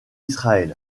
israël